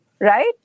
right